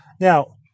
Now